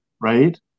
right